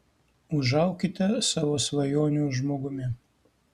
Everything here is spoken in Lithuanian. užaukite savo svajonių žmogumi